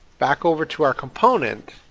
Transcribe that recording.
back over to our component,